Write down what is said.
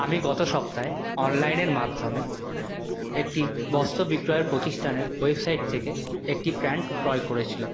আমি গত সপ্তাহে অনলাইনের মাধ্যমে একটি বস্ত্র বিক্রয়ের প্রতিষ্ঠানের ওয়েবসাইট থেকে একটি প্যান্ট ক্রয় করেছিলাম